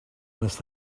must